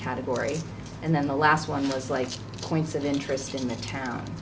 category and then the last one was like points of interest in the town